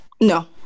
No